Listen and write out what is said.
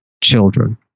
children